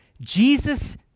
Jesus